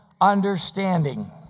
understanding